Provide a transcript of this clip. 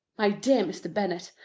my dear mr. bennet,